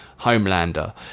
Homelander